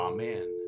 Amen